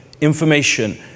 information